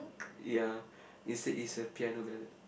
ya instead it's a piano ballad